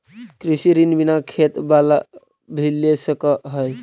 कृषि ऋण बिना खेत बाला भी ले सक है?